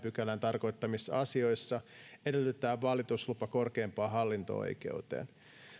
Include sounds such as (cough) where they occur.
(unintelligible) pykälän tarkoittamissa asioissa edellytetään valituslupa korkeimpaan hallinto oikeuteen